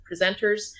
presenters